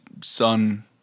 son